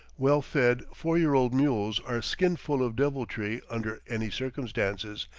well-fed four-year-old mules are skin-full of deviltry under any circumstances,